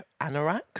anorak